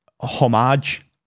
homage